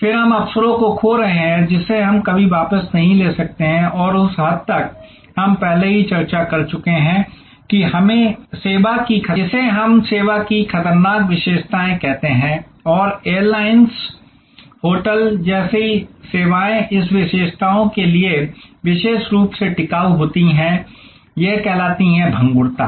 फिर हम अवसरों को खो रहे हैं जिसे हम कभी वापस नहीं ले सकते हैं और उस हद तक हम पहले चर्चा कर चुके हैं कि इसे हम सेवा की खतरनाक विशेषताएं कहते हैं और एयरलाइंस होटल जैसी सेवाएं इस विशेषताओं के लिए विशेष रूप से टिकाऊ होती हैं यह कहलाती है भंगुरता